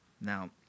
Now